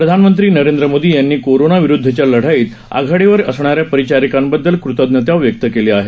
प्रधानमंत्री नरेंद्र मोदी यांनी कोरोनाविरुद्धच्या लढाईत आघाडीवर असणाऱ्या परिचारिकांबद्दल कृतज्ञता व्यक्त केली आहे